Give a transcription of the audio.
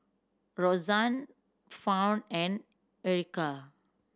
Roxann Fawn and Erica